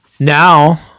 Now